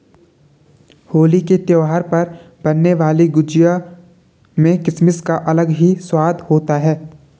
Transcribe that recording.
होली के त्यौहार पर बनने वाली गुजिया में किसमिस का अलग ही स्वाद होता है